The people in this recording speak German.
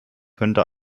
könnte